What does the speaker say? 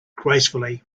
gracefully